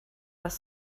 das